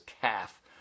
calf